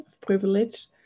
privilege